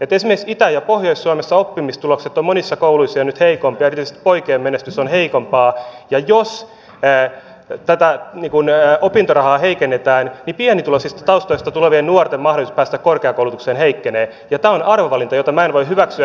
esimerkiksi itä ja pohjois suomessa oppimistulokset ovat monissa kouluissa jo nyt heikompia erityisesti poikien menestys on heikompaa ja jos tätä opintorahaa heikennetään niin pienituloisista taustoista tulevien nuorten mahdollisuus päästä korkeakoulutukseen heikkenee ja tämä on arvovalinta jota minä en voi hyväksyä